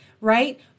right